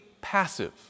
passive